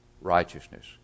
Righteousness